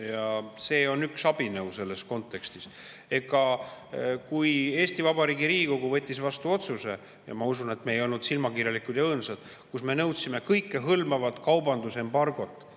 Ja see on üks abinõu selles kontekstis. Kui Eesti Vabariigi Riigikogu võttis vastu otsuse – ma usun, et me ei olnud silmakirjalikud ega õõnsad –, millega me nõudsime kõikehõlmavat kaubandusembargot